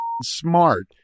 smart